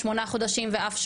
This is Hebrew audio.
שמונה חודשים ואף שנה,